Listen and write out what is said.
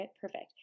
Perfect